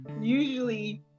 usually